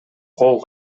кол